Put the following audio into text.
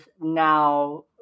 now